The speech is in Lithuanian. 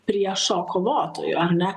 priešo kovotoju ar ne